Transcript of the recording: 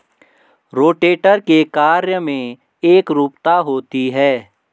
rotator के कार्य में एकरूपता होती है